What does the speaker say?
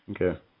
Okay